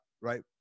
right